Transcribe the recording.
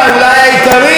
אולי העיקרי,